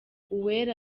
uwera